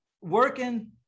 working